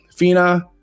Fina